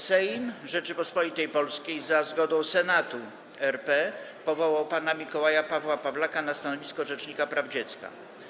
Sejm Rzeczypospolitej Polskiej za zgodą Senatu RP powołał pana Mikołaja Pawła Pawlaka na stanowisko rzecznika praw dziecka.